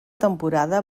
temporada